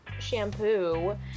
shampoo